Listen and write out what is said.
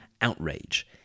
outrage